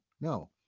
no